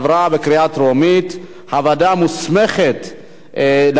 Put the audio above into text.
לוועדה שתקבע ועדת הכנסת נתקבלה.